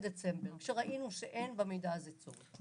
ב-1 בדצמבר כשראינו שאין במידע הזה צורך,